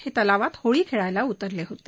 हे तलावात होळी खेळायला उतरले होते